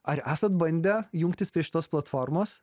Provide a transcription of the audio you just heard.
ar esat bandę jungtis prie šitos platformos